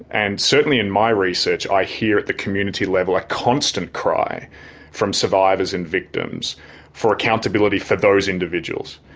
and certainly in my research i hear at the community level a constant cry from survivors and victims for accountability for those individuals.